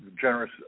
generous